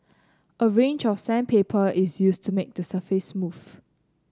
a range of sandpaper is used to make the surface smooth